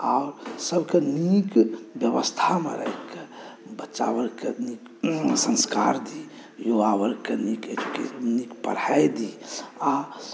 आ सभके नीक व्यवस्थामे राख़िकऽ बच्चावर्गके नीक संस्कार दी युवावर्गके नीक एजूके नीक पढ़ाई दी आ